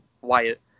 Wyatt